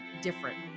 different